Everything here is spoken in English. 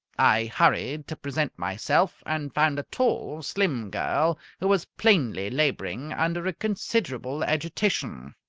i hurried to present myself, and found a tall, slim girl, who was plainly labouring under a considerable agitation.